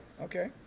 Okay